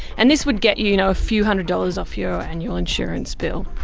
and this would get you you know a few hundred dollars off your annual insurance bill.